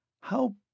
How